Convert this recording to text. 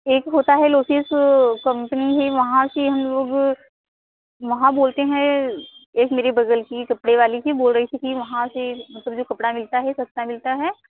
एक होता है लोकेश कम्पनी हैं वहाँ से हम लोग वहाँ बोलते हैं एक मेरे बग़ल की कपड़े वाली थी बोल रही थी कि वहाँ से मतलब जो कपड़ा मिलता है सस्ता मिलता है